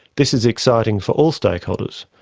this is exciting for all stakeholders,